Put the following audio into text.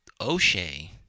O'Shea